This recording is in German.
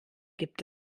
gibt